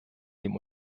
dem